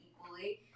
equally